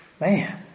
Man